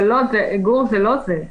האיגור זה לא זה.